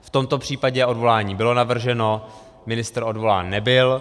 V tomto případě odvolání bylo navrženo, ministr odvolán nebyl.